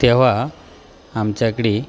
तेव्हा आमच्याकडे